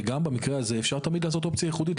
וגם במקרה הזה, אפשר תמיד לעשות אופציה ייחודית.